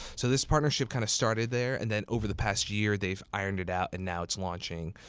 so this partnership kind of started there, and then over the past year they've ironed it out and now it's launching,